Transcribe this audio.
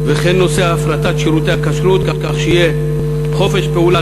וכן נושא הפרטת שירותי הכשרות כך שיהיה חופש פעולה